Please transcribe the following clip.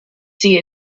see